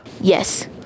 Yes